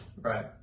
right